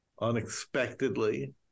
unexpectedly